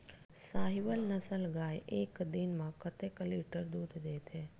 साहीवल नस्ल गाय एक दिन म कतेक लीटर दूध देथे?